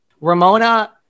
Ramona